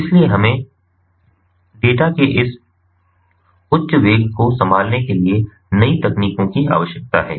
इसलिए हमें डेटा के इस उच्च वेग को संभालने के लिए नई तकनीकों की आवश्यकता है